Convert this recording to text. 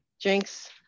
drinks